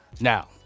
Now